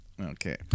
Okay